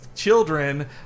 children